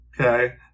Okay